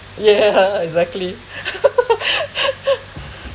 yeah exactly